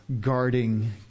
guarding